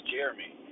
Jeremy